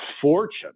fortune